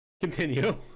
Continue